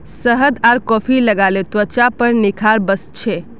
शहद आर कॉफी लगाले त्वचार पर निखार वस छे